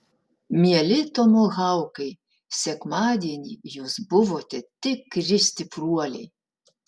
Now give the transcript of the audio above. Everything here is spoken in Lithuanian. mieli tomahaukai sekmadienį jūs buvote tikri stipruoliai